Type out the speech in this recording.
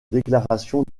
déclarations